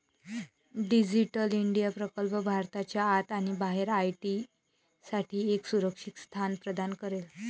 digital India प्रकल्प भारताच्या आत आणि बाहेर आय.टी साठी एक सुरक्षित स्थान प्रदान करेल